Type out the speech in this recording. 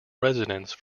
residence